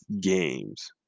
games